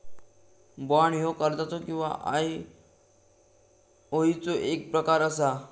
bond ह्यो कर्जाचो किंवा आयओयूचो एक प्रकार असा